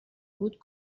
بود